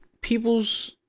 people's